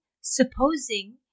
supposing